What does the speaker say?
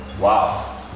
Wow